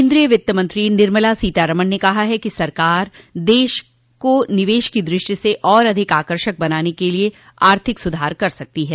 केन्द्रीय वित्तमंत्री निर्मला सीतारमन ने कहा है कि सरकार देश को निवेश की दृष्टि से अधिक आकर्षक बनाने के लिए और आर्थिक सुधार कर सकती है